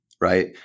right